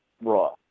Raw